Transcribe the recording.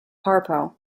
harpo